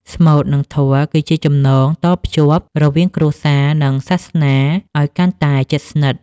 ស្មូត និងធម៌គឺជាចំណងតភ្ជាប់រវាងគ្រួសារ និងសាសនាឱ្យកាន់តែជិតស្និទ្ធ។